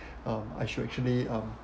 um I should actually um